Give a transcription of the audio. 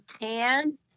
tan